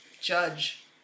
judge